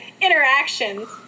interactions